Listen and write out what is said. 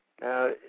Now